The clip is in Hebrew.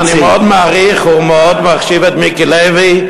אני מאוד מעריך ומאוד מחשיב את מיקי לוי,